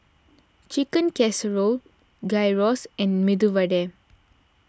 Chicken Casserole Gyros and Medu Vada